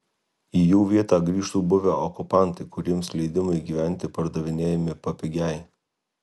į jų vietą grįžtų buvę okupantai kuriems leidimai gyventi pardavinėjami papigiai